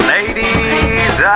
Ladies